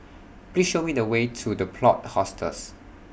Please Show Me The Way to The Plot Hostels